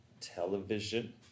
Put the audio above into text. television